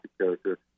character